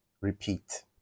repeat